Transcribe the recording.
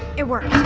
it worked!